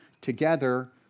together